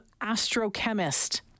astrochemist